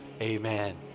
Amen